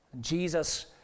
Jesus